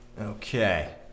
Okay